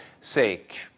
sake